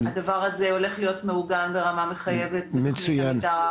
הדבר הזה הולך להיות מעוגן ברמה מחויבת בתכנית המתאר הארצית.